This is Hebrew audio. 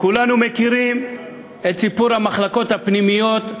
כולנו מכירים את סיפור המחלקות הפנימיות,